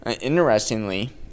interestingly